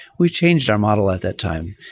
we changed our model at that time.